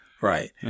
Right